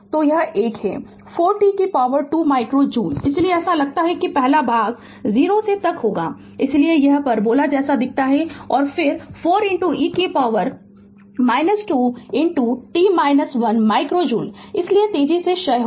तो 1 है 4 t 2 micro joule इसलिए ऐसा लगता है कि पहला भाग 0 से 1 तक होगा इसलिए यह परबोला जैसा दिखता है और फिर 4 e कि पावर 2 t 1 माइक्रो जूल इसलिए यह तेजी से क्षय होगा